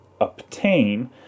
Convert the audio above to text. obtain